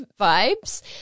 vibes